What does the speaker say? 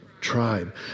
tribe